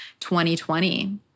2020